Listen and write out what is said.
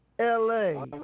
LA